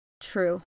true